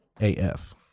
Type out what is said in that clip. AF